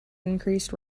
increased